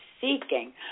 seeking